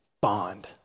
Bond